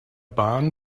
bahn